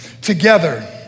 together